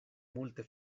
multe